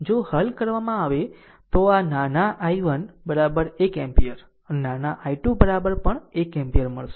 જો હલ કરવામાં આવે તો નાના I1 એક એમ્પીયર અને નાના I2 પણ 1 એમ્પીયર મળશે